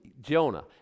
Jonah